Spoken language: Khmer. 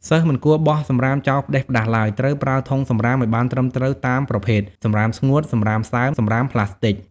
សិស្សមិនគួរបោះសំរាមចោលផ្ដេសផ្ដាសឡើយ ត្រូវប្រើធុងសំរាមឲ្យបានត្រឹមត្រូវតាមប្រភេទ សំរាមស្ងួត សំរាមសើម សំរាមប្លាស្ទិក។